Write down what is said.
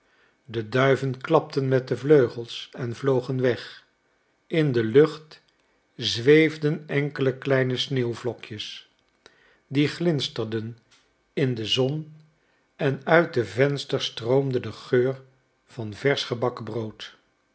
de duiven klapten met de vleugels en vlogen weg in de lucht zweefden enkele kleine sneeuwvlokjes die glinsterden in de zon en uit de vensters stroomde de geur van verschgebakken brood